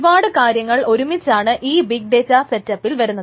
ഒരുപാട് കാര്യങ്ങളൊരുമിച്ചാണ് ഒരു ബിഗ് ഡേറ്റ സെറ്റപ്പിൽ വരുന്നത്